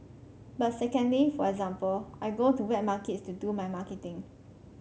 but secondly for example I go to wet markets to do my marketing